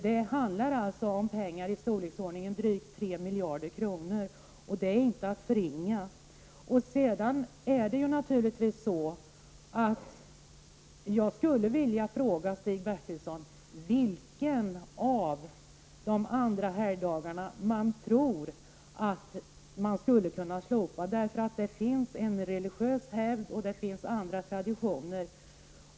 Det handlar om pengar i storleksordningen drygt 3 miljarder kronor. Det är inte att förringa. Jag skulle vilja fråga Stig Bertilsson vilken av de andra helgdagarna han tror att man skulle kunna slopa. Det finns en religiös hävd, och det finns andra traditioner.